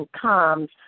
comes